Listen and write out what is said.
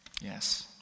yes